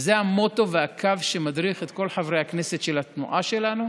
וזה המוטו והקו שמדריך את כל חברי הכנסת של התנועה שלנו: